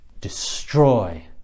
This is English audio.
destroy